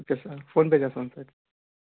okay sir PhonePe చేస్తాం sir అయితే